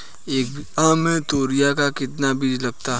एक बीघा में तोरियां का कितना बीज लगता है?